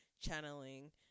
channeling